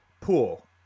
pool